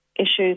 Issues